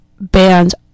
bands